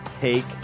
Take